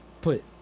put